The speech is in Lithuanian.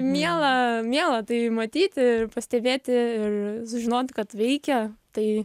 miela miela tai matyti pastebėti ir sužinoti kad veikia tai